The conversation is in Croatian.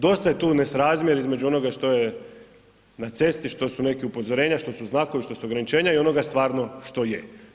Dosta je tu nesrazmjer između onoga što je na cesti, što su neka upozorenja, što su znakovi, što su ograničenja i onoga stvarno što je.